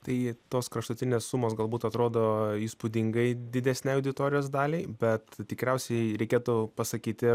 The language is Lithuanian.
tai tos kraštutinės sumos galbūt atrodo įspūdingai didesnei auditorijos daliai bet tikriausiai reikėtų pasakyti